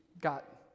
got